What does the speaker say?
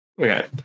Okay